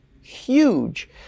huge